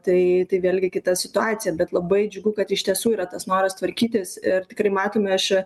tai tai vėlgi kita situacija bet labai džiugu kad iš tiesų yra tas noras tvarkytis ir tikrai matome aš